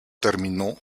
terminó